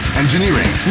engineering